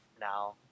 now